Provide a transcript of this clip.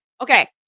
Okay